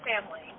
family